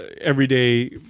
everyday